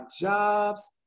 jobs